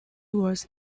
was